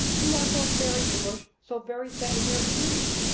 you are so very english, so very set in your views,